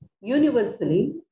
universally